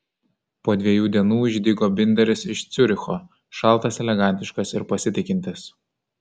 po dviejų dienų išdygo binderis iš ciuricho šaltas elegantiškas ir pasitikintis